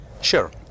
Sure